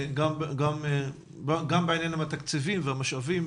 גם בעניינים התקציביים והמשאבים,